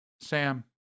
Sam